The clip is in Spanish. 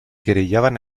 querellaban